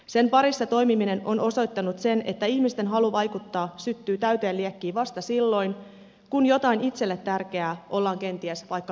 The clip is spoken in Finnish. sen parissa toimiminen on osoittanut sen että ihmisten halu vaikuttaa syttyy täyteen liekkiin vasta silloin kun jotain itselle tärkeää ollaan kenties vaikka viemässä pois